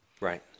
Right